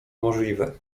możliwe